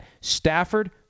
Stafford